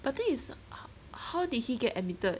but thing is how how did he get admitted